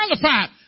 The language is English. qualified